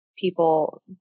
people